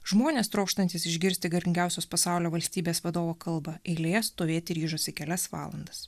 žmonės trokštantys išgirsti galingiausios pasaulio valstybės vadovo kalbą eilėje stovėti ryžosi kelias valandas